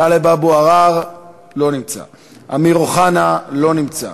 טלב אבו עראר, לא נמצא.